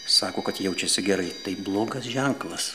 sako kad jaučiasi gerai tai blogas ženklas